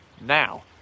now